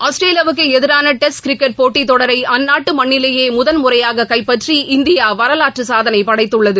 ஆஸ்திரேலியாவுக்கு எதிரான test cricket போட்டி தொடரை அந்நாட்டு மண்ணிலேயே முதன் முறையாக கைப்பற்றி இந்தியா வரலாற்று சாதனை படைத்துள்ளது